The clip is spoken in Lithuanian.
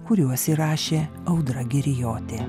kuriuos įrašė audra girijotė